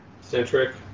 centric